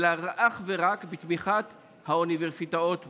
אלא אך ורק בתמיכת האוניברסיטאות בארץ.